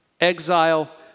Exile